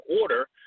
order